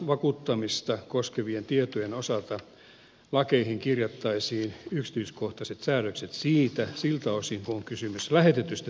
eläkevakuuttamista koskevien tietojen osalta lakeihin kirjattaisiin yksityiskohtaiset säädökset siltä osin kuin on kysymys lähetetyistä työntekijöistä